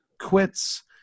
quits